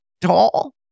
tall